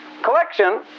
collection